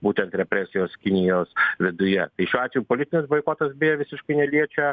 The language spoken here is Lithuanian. būtent represijos kinijos viduje tai šiuo atveju politinis boikotas beje visiškai neliečia